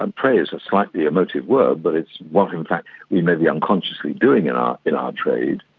and prey is a sightly emotive word, but it's what in fact we may be unconsciously doing in our in our trade.